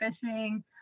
fishing